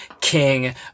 king